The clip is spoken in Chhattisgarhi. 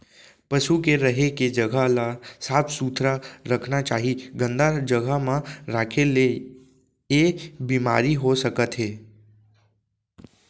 पसु के रहें के जघा ल साफ सुथरा रखना चाही, गंदा जघा म राखे ले ऐ बेमारी हो सकत हे